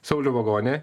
saulių vagonį